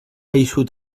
eixut